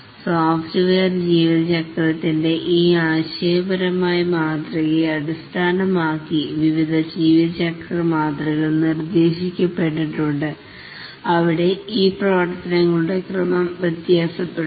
software ജീവിതചക്രത്തിൻറെ ഈ ആശപരമായ മാതൃകയെ അടിസ്ഥാനമാക്കി വിവിധ ജീവചക്ര മാതൃകകൾ നിർദ്ദേശിക്കപ്പെട്ടിട്ടുണ്ട് അവിടെ ഈ പ്രവർത്തനങ്ങളുടെ ക്രമം വ്യത്യാസപ്പെടുന്നു